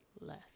less